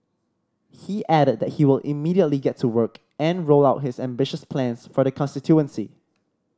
he added that he will immediately get to work and roll out his ambitious plans for the constituency